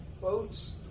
boats